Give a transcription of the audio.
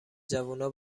جوونا